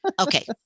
Okay